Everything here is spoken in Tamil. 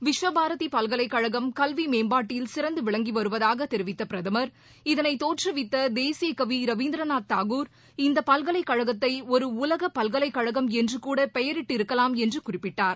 விஸ்வபாரதிபல்கலைக்கழகம் கல்விமேம்பாட்டில் சிறந்துவிளங்கிவருவதாகத் தெரிவித்தபிரதமர் இதனைதோற்றுவித்ததேசியகவிரவீந்திரநாத் இந்தபல்கலைக்கழக்தைஒருஉலகபல்கலைக்கழகம் தாகூர் என்றுகூடபெயரிட்டிருக்கலாம் என்றுகுறிப்பிட்டார்